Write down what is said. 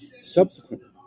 Subsequently